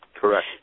correct